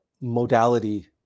modality